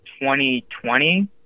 2020